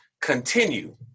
continue